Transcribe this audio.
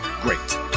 great